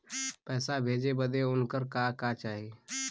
पैसा भेजे बदे उनकर का का चाही?